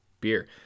beer